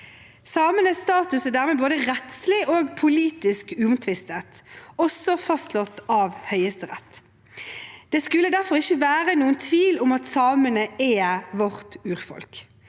Samenes status er dermed både rettslig og politisk uomtvistet, også fastslått av Høyesterett. Det skulle derfor ikke være noen tvil om at samene er vårt urfolk.